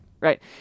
Right